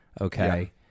okay